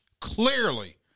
clearly